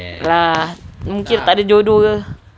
tak apa lah mungkin tak ada jodoh ke